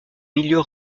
milieu